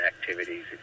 activities